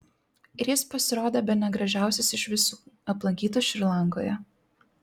ir jis pasirodė bene gražiausias iš visų aplankytų šri lankoje